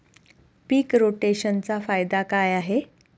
पीक रोटेशनचा फायदा काय आहे?